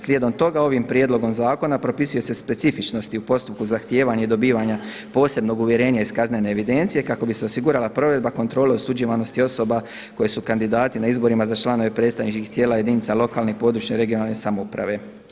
Slijedom toga ovim prijedlogom zakona propisuju se specifičnosti u postupku zahtijevanja i dobivanja posebnog uvjerenja iz kaznene evidencije kako bi se osigurala provedba kontrole osuđivanosti osoba koje su kandidati na izborima za članove predstavničkih tijela jedinica lokalne i područne (regionalne) samouprave.